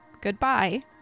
goodbye